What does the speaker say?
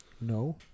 no